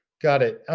got it.